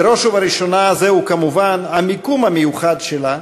בראש ובראשונה זהו כמובן המקום המיוחד שלה,